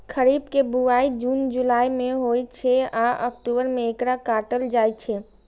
खरीफ के बुआई जुन जुलाई मे होइ छै आ अक्टूबर मे एकरा काटल जाइ छै